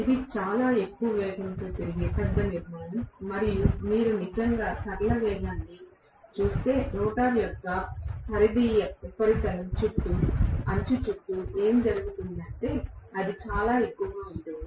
ఇది చాలా ఎక్కువ వేగంతో తిరిగే పెద్ద నిర్మాణం మరియు మీరు నిజంగా సరళ వేగాన్ని చూస్తే రోటర్ యొక్క పరిధీయ ఉపరితలం యొక్క అంచు చుట్టూ లేదా చుట్టూ ఏమి జరుగుతుందో అది చాలా ఎక్కువగా ఉంటుంది